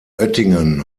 oettingen